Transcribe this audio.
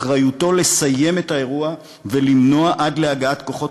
אחריותו לסיים את האירוע ולמנוע עד להגעת כוחות